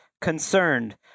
Concerned